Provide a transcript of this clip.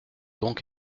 donc